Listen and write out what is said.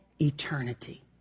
eternity